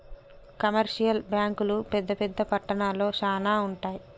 commercial బ్యాంకులు పెద్ద పెద్ద పట్టణాల్లో శానా ఉంటయ్